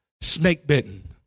snake-bitten